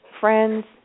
friends